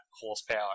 horsepower